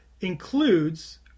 includes